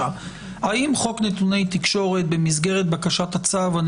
--- האם במסגרת בקשת הצו בחוק נתוני תקשורת אני